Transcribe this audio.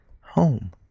home